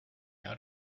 out